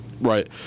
Right